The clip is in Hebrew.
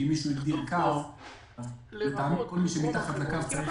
כי מישהו -- -קו ולטעמו כל מי שמתחת לקו צריך